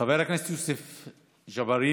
חבר הכנסת יוסף ג'בארין,